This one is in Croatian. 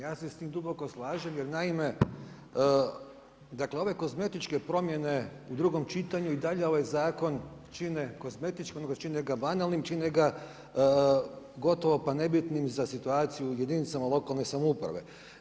Ja se sa time duboko slažem jer naime, dakle ove kozmetičke promjene u drugom čitanju i dalje ovaj zakon čine kozmetičkim nego čine ga banalnim, čine ga gotovo pa nebitnim za situaciju u jedinicama lokalne samouprave.